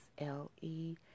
SLE